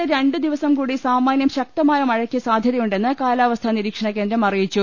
സംസ്ഥാനത്ത് രണ്ടുദിവസം കൂടി സാമാന്യം ശക്തമായ മഴക്ക് സാധ്യതയുണ്ടെന്ന് കാലാവസ്ഥാ നിരീക്ഷണ കേന്ദ്രം അറിയിച്ചു